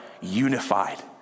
unified